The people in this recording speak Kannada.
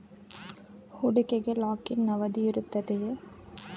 ಹೂಡಿಕೆಗೆ ಲಾಕ್ ಇನ್ ಅವಧಿ ಇರುತ್ತದೆಯೇ?